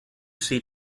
seen